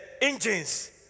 engines